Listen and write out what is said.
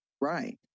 Right